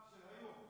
של היום.